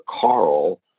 Carl